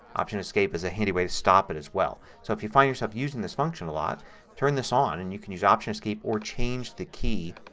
option escape is a handy way to stop it as well. so if you find yourself using this function a lot turn this on and you can use option, escape or change key,